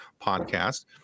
podcast